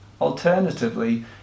Alternatively